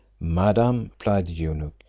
madam, replied the eunuch,